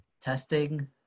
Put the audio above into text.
testing